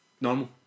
normal